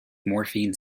morphine